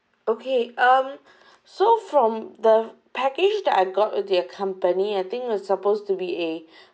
okay um so from the package that I got with your company I think was supposed to be a